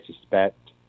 suspect